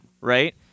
right